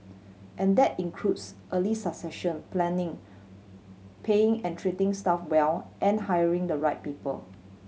and that includes early succession planning paying and treating staff well and hiring the right people